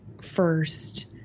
first